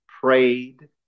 prayed